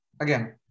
again